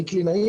אני קלינאי,